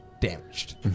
damaged